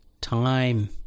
Time